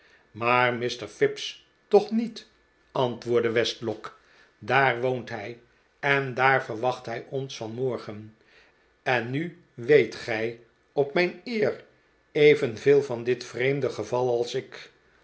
maar mr fips toch niet antwoordde westlock daar woont hij en daar verwacht hij ons vanmorgen en nu weet gij op mijn eer evenveel van dit vreemde geval als ik